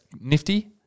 nifty